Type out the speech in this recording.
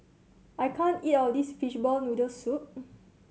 I can't eat all of this fishball noodle soup